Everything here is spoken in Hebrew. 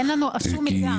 אין לנו שום מידע.